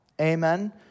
Amen